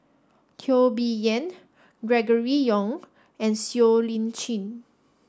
Teo Bee Yen Gregory Yong and Siow Lee Chin